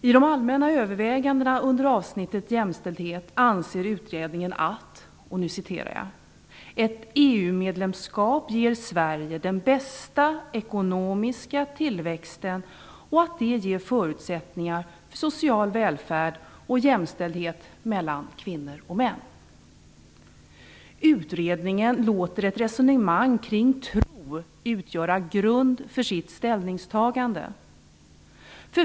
I de allmänna övervägandena under avsnittet jämställdhet anser utredningen att "ett EU medlemskap ger Sverige den bästa ekonomiska tillväxten och att det ger förutsättningar för social välfärd och jämställdhet mellan kvinnor och män". Utredningen låter ett resonemang kring tro utgöra grunden för ställningstagandet.